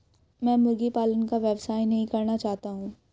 मैं मुर्गी पालन का व्यवसाय नहीं करना चाहता हूँ